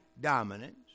dominance